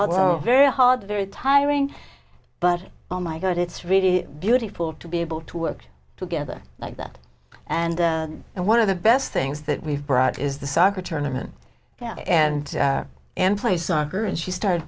a very hard very tiring but oh my god it's really beautiful to be able to work together like that and and one of the best things that we've brought is the soccer tournament there and employs soccer and she started